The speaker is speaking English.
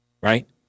right